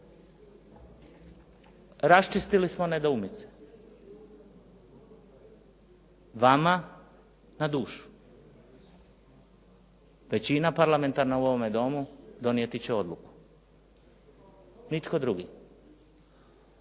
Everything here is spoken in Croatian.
Raščistili smo nedoumice vama na dušu. Većina parlamentarna donijeti će odluku, nitko drugi.